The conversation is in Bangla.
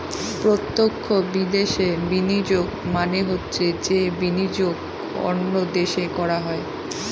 প্রত্যক্ষ বিদেশে বিনিয়োগ মানে হচ্ছে যে বিনিয়োগ অন্য দেশে করা হয়